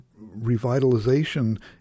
revitalization